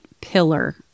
pillar